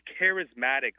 charismatic